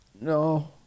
no